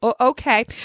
okay